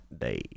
day